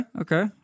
okay